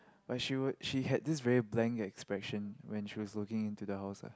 but she were she had this very blank expression when she was looking in the house ah